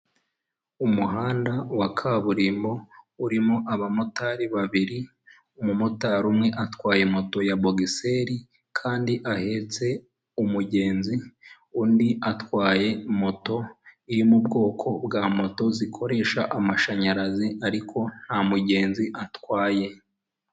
Umuhanda wa kaburimbo urimo abamotari babiri umumotari umwe atwaye moto ya boxsel kandi ahetse umugenzi undi atwaye moto yo mu bwoko bwa moto zikoresha amashanyarazi ariko nta mugenzi atwaye.